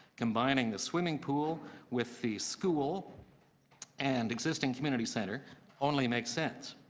combining the swimming pool with the school and existing community center only makes sense.